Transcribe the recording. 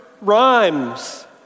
Rhymes